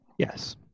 Yes